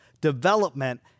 development